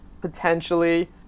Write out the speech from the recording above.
potentially